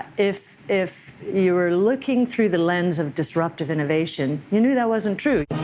if if you were looking through the lens of disruptive innovation, you knew that wasn't true.